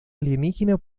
alienígena